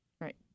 Right